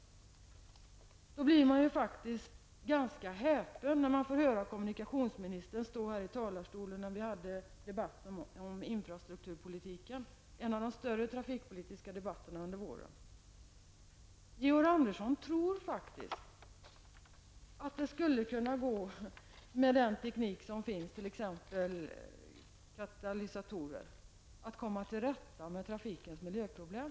Jag blev då ganska häpen när jag lyssnade till kommunikationsministern i debatten om infrastrukturpolitiken, en av de större trafikpolitiska debatterna under våren. Georg Andersson tror faktiskt att det med den teknik som finns, t.ex. katalysatorer, skulle gå att komma till rätta med trafikens miljöproblem.